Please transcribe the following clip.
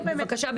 בבקשה,